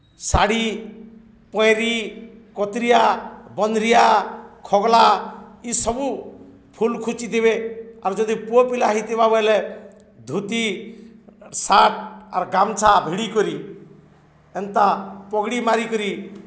ଶାଢ଼ୀ ପଏଁରି କତ୍ରିଆ ବନ୍ଦ୍ରିଆ ଖଗ୍ଲା ଇସବୁ ଫୁଲ୍ ଖୁଚିଥିବେ ଆର୍ ଯଦି ପୁଅ ପିଲା ହେଇଥିବା ବଏଲେ ଧୋତି ସାଟ୍ ଆର୍ ଗାମ୍ଛା ଭିଡ଼ି କରି ଏନ୍ତା ପଗ୍ଡ଼ି ମାରିକରି